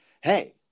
hey